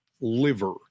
liver